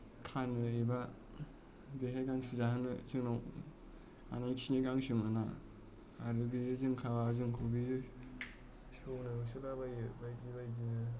खाङो एबा बेहाय नों गांसो जाहोनो जोंनाव हानायखिनि गांसो मोना आरो बे जोंखौ बेयो सौनो होसोलाबायो बायदि बायदिनो